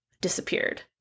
disappeared